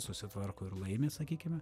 susitvarko ir laimi sakykim